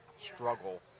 struggle